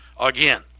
Again